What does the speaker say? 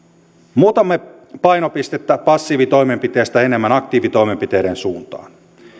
muutamme painopistettä passiivitoimenpiteistä enemmän aktiivitoimenpiteiden suuntaan